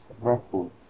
records